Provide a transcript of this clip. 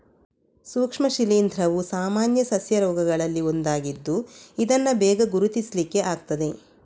ಸೂಕ್ಷ್ಮ ಶಿಲೀಂಧ್ರವು ಸಾಮಾನ್ಯ ಸಸ್ಯ ರೋಗಗಳಲ್ಲಿ ಒಂದಾಗಿದ್ದು ಇದನ್ನ ಬೇಗ ಗುರುತಿಸ್ಲಿಕ್ಕೆ ಆಗ್ತದೆ